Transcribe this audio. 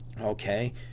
okay